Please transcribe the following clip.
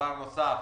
דבר נוסף,